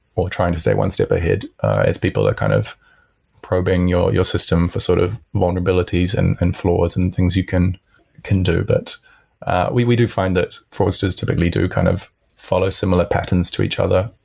or trying to say one step ahead as people are kind of probing your your system for sort of vulnerabilities and and flaws and things you can can do. but we we do find that fraudsters typically do kind of follow similar patterns to each other.